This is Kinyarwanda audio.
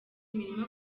imirima